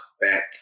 back